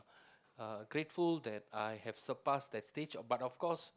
uh grateful that I have surpassed that stage but of course